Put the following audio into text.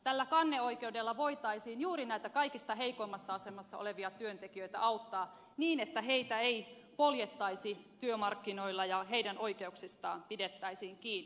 tällä kanneoikeudella voitaisiin juuri näitä kaikista heikoimmassa asemassa olevia työntekijöitä auttaa niin että heitä ei poljettaisi työmarkkinoilla ja heidän oikeuksistaan pidettäisiin kiinni